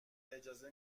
اجازه